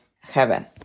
heaven